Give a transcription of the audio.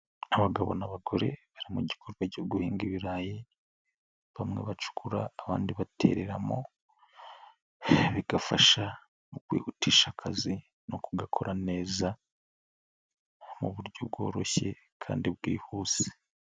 Abagabo n'abagore bari mu gikorwa cyo guhinga ibirayi, bamwe bacukura abandi batereramo, bigafasha mu kwihutisha akazi no kugakora neza mu buryo bworoshye kandi bwihuse.